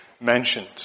mentioned